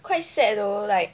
quite sad though like